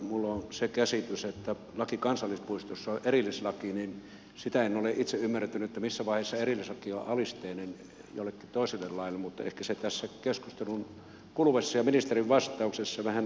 minulla on se käsitys että laki kansallispuistoista on erillislaki ja sitä en ole itse ymmärtänyt missä vaiheessa erillislaki on alisteinen jollekin toiselle laille mutta ehkä se tässä keskustelun kuluessa ja ministerin vastauksessa vähän täsmentyy